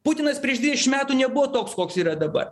putinas prieš dešim metų nebuvo toks koks yra dabar